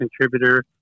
contributor